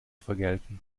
vergelten